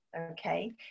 Okay